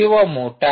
किंवा मोटर